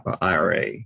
IRA